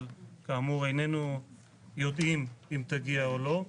אבל כאמור איננו יודעים אם תגיע או לא.